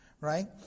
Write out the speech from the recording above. right